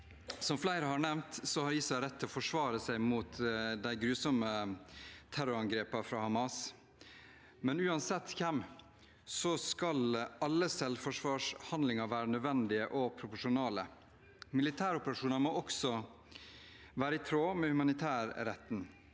Som flere har nevnt, har Israel rett til å forsvare seg mot de grusomme terrorangrepene fra Hamas, men uansett hvem skal alle selvforsvarshandlinger være nødvendige og proporsjonale. Militæroperasjoner må også være i tråd med humanitærretten,